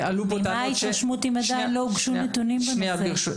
ממה ההתרשמות אם עדיין לא הוגשו הנתונים בנושא?